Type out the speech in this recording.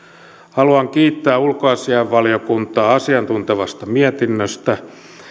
haluan kiittää ulkoasiainvaliokuntaa asiantuntevasta mietinnöstä